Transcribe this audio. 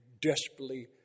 desperately